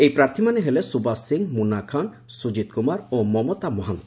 ଏହି ପ୍ରାର୍ଥୀମାନେ ହେଲେ ସୁବାସ ସିଂ ମୁନା ଖାଁ ସୁକିତ୍ କୁମାର ଓ ମମତା ମହାନ୍ତ